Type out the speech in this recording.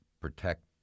protect